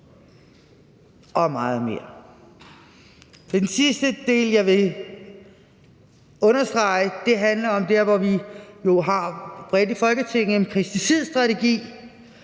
og meget mere. Den sidste del, jeg vil understrege, handler om der, hvor vi jo bredt i Folketinget har en pesticidstrategi,